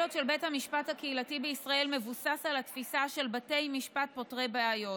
המשפט הקהילתי בישראל מבוסס על התפיסה של בתי משפט פותרי בעיות,